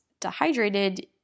dehydrated